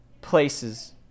places